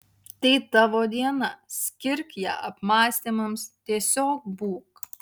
tai tavo diena skirk ją apmąstymams tiesiog būk